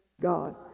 God